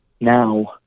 now